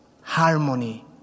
harmony